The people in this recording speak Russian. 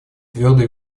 твердо